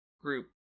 group